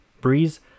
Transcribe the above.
Breeze